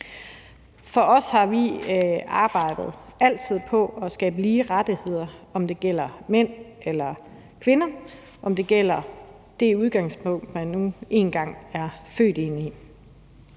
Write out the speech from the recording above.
Hos os har vi altid arbejdet for at skabe lige rettigheder, om det gælder mænd eller kvinder, og når det gælder det udgangspunkt, man nu engang er født med.